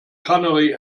canary